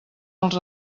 els